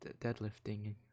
deadlifting